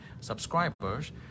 subscribers